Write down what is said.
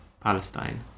Palestine